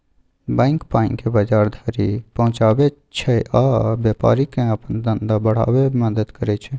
bank पाइकेँ बजार धरि पहुँचाबै छै आ बेपारीकेँ अपन धंधा बढ़ाबै मे मदद करय छै